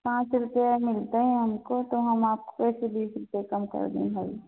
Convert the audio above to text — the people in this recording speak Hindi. पाँच रुपया मिलता है हमको तो हम आपको कैसे बीस रुपये कम कर दे भाई